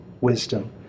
wisdom